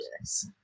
Yes